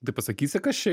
tai pasakysi kas čia